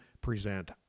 present